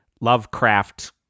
lovecraft